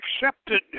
accepted